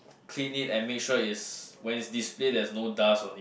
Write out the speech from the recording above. clean it and make sure is when is display there's no dust on it